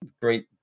great